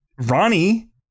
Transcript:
Ronnie